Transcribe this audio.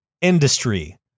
industry